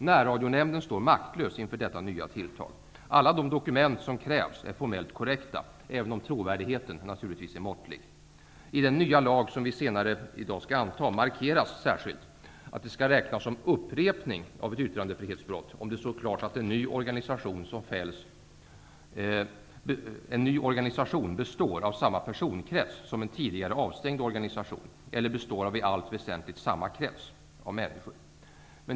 Närradionämnden står maktlös inför detta nya tilltag. Alla de dokument som krävs är formellt korrekta, även om trovärdigheten naturligtvis är måttlig. I den nya lag som vi senare skall anta markeras särskilt att det skall räknas som upprepning av ett yttrandefrihetsbrott, om det står klart att en ny organisation består av samma personkrets som en tidigare avstängd organisation eller består av i allt väsentligt samma krets av personer.